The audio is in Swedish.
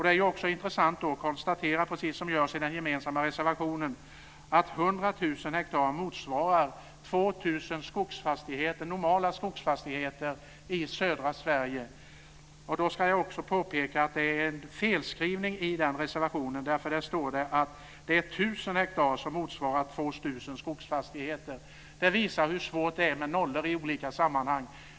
Det är också intressant att konstatera, precis som görs i den gemensamma reservationen, att 100 000 hektar motsvarar 2 000 normala skogsfastigheter i södra Sverige. Då ska jag också påpeka att det är en felskrivning i den reservationen. Där står det att det är Det visar hur svårt det är med nollor i olika sammanhang!